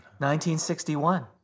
1961